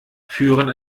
führen